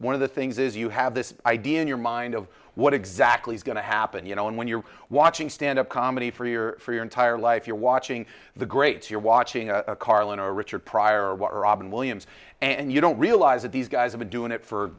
one of the things is you have this idea in your mind of what exactly is going to happen you know and when you're watching stand up comedy for your for your entire life you're watching the greats you're watching carlin or richard pryor what robin williams and you don't realize that these guys were doing it for